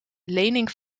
lening